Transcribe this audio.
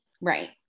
Right